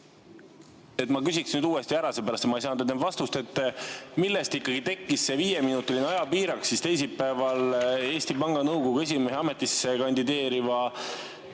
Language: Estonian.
Ma küsiks nüüd uuesti, seepärast et ma ei saanud enne vastust. Millest ikkagi tekkis see viieminutiline ajapiirang teisipäeval Eesti Panga Nõukogu esimehe ametisse kandideeriva